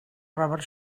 robert